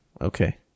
okay